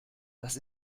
das